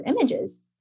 images